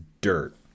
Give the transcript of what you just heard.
dirt